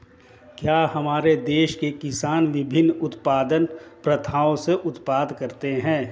क्या हमारे देश के किसान विभिन्न उत्पादन प्रथाओ से उत्पादन करते हैं?